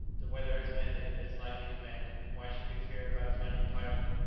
the weather has mended and is likely to mend. and why should we fear about finding a pilot?